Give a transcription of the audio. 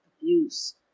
abuse